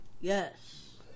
Yes